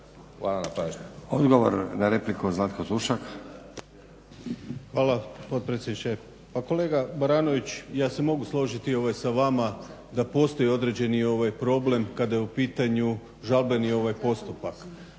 Zlatko (Hrvatski laburisti - Stranka rada)** Hvala potpredsjedniče. Pa kolega Baranović ja se mogu složiti sa vama da postoji određeni problem kada je u pitanju žalbeni postupak,